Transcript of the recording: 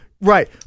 Right